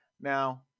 Now